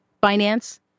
Finance